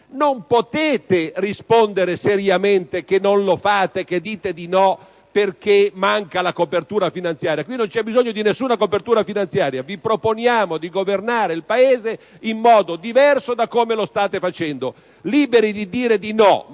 Non potete rispondere seriamente che non lo fate, che dite di no perché manca la copertura finanziaria, perché in questo caso non c'è bisogno di nessuna copertura finanziaria. Vi proponiamo di governare il Paese in modo diverso da come lo state facendo. Siete liberi di dire di no,